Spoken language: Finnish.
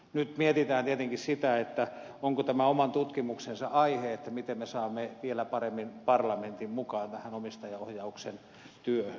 nyt mietitään tietenkin sitä onko tämä oman tutkimuksensa aihe miten me saamme vielä paremmin parlamentin mukaan tähän omistajaohjauksen työhön